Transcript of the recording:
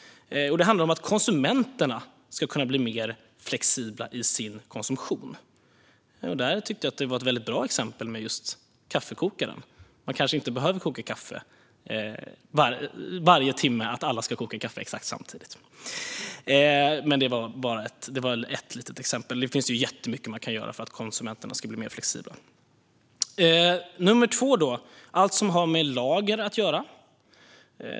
Det handlar om att konsumenterna ska kunna bli mer flexibla i sin konsumtion. Jag tyckte att det var ett väldigt bra exempel med just kaffekokaren. Alla behöver kanske inte koka kaffe varje timme exakt samtidigt. Det var ett litet exempel. Det finns jättemycket man kan göra för att konsumenterna ska bli mer flexibla. Den andra saken gäller allt som har med lagar att göra.